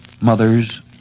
Mothers